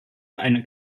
eine